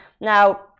now